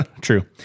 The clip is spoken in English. True